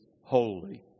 holy